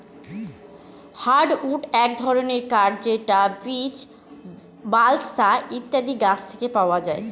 hardwood এক ধরনের কাঠ যেটা বীচ, বালসা ইত্যাদি গাছ থেকে পাওয়া যায়